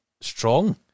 strong